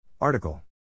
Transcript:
Article